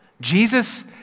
Jesus